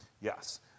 yes